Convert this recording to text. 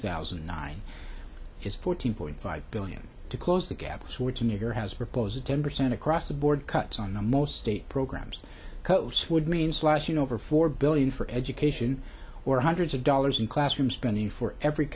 thousand and nine is fourteen point five billion to close the gaps which in your has proposed a ten percent across the board cuts on the most state programs coves would mean slashing over four billion for education or hundreds of dollars in classroom spending for every